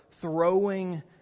throwing